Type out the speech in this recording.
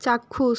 চাক্ষুষ